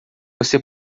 você